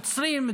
נוצרים,